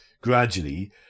gradually